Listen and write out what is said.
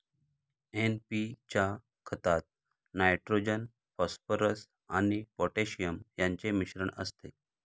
NP च्या खतात nitrogen, phosphorus आणि पोटॅशियम यांचे मिश्रण असते